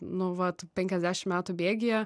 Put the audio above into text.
nu vat penkiasdešim metų bėgyje